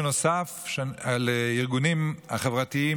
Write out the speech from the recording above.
בנוסף לארגונים החברתיים,